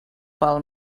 pel